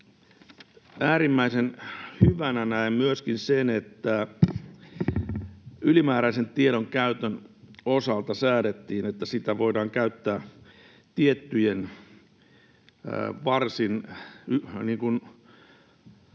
äärimmäisen hyvänä näen myöskin sen, että ylimääräisen tiedon käytön osalta säädettiin, että sitä voidaan käyttää tiettyjen, yhteisölle